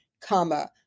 comma